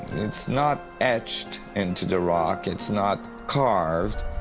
it's not etched into the rock. it's not carved.